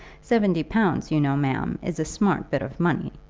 seventy pounds, you know, ma'am, is a smart bit of money!